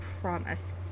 promise